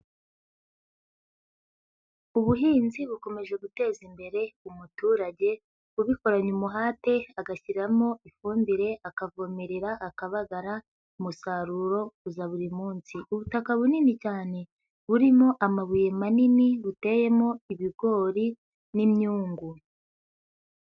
Ubuhinzi bukomeje guteza imbere umuturage ubikoranye umuhate agashyiramo ifumbire, akavomerera, akabaga umusaruro uza buri munsi. Ubutaka bunini cyane burimo amabuye manini buteyemo ibigori n'imyungu.